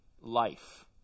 life